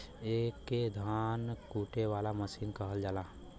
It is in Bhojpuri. एके धान कूटे वाला मसीन कहल जाला